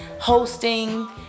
hosting